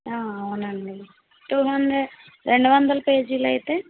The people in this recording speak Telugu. అవునండీ టూ హండ్రెడ్ రెండు వందల పేజీలైతే